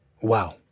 wow